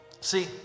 See